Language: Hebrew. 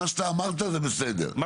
מה שאתה אמרת זה בסדר, רק בלי התוספת.